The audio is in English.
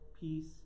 peace